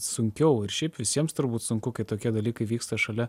sunkiau ir šiaip visiems turbūt sunku kai tokie dalykai vyksta šalia